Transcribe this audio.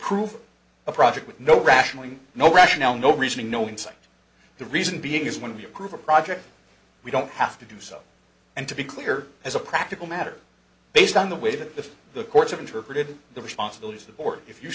approve a project with no rationally no rationale no reasoning no insight the reason being is one of your group a project we don't have to do so and to be clear as a practical matter based on the way that the courts have interpreted the responsibilities o